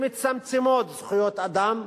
שמצמצמות זכויות אדם,